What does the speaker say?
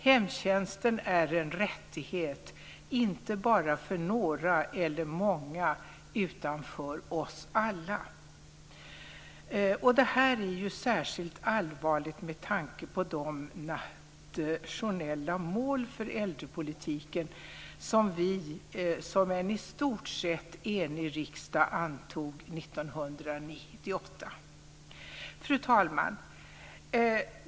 Hemtjänsten är en rättighet, inte bara för några eller många utan för oss alla. Det här är särskilt allvarligt med tanke på de nationella mål för äldrepolitiken som vi som en i stort sett enig riksdag antog 1998. Fru talman!